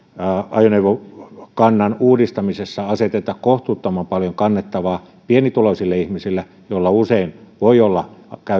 ajoneuvokannan uudistamisessa aseteta kohtuuttoman paljon kannettavaa pienituloisille ihmisille joilla usein voi olla käytössä ajoneuvo